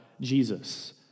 Jesus